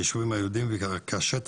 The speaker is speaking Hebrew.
הישובים היהודים והשטח,